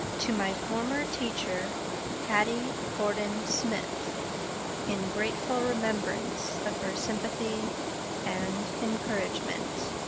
to my former teacher hattie gordon smith in grateful remembrance of her sympathy and encouragement.